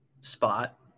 spot